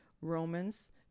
Romans